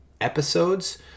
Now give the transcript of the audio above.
episodes